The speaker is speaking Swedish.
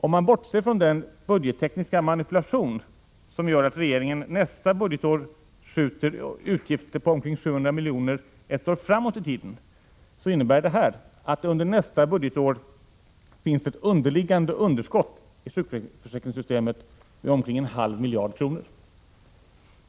Om man bortser från den budgettekniska manipulation som gör att regeringen nästa budgetår skjuter utgifter på omkring 700 miljoner ett år framåt i tiden, så innebär detta att under nästa budgetår finns ett underliggande underskott i sjukförsäkringssystemet med omkring en halv miljard kronor.